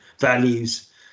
values